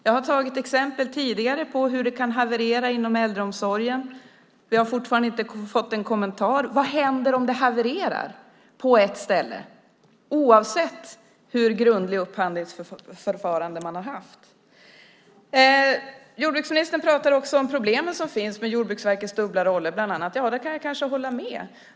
Jag har tidigare gett exempel på hur det kan haverera inom äldreomsorgen. Fortfarande har vi inte fått någon kommentar om det. Vad händer om det havererar på ett ställe, oavsett hur grundligt upphandlingsförfarandet har varit? Jordbruksministern pratar också om problemen genom bland annat Jordbruksverkets dubbla roller. Ja, det kan jag kanske hålla med om.